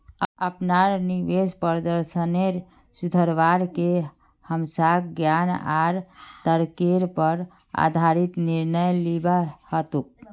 अपनार निवेश प्रदर्शनेर सुधरवार के हमसाक ज्ञान आर तर्केर पर आधारित निर्णय लिबा हतोक